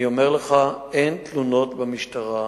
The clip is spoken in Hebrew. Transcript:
אני אומר לך, אין תלונות במשטרה.